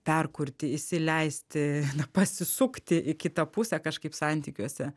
perkurti įsileisti na pasisukti į kitą pusę kažkaip santykiuose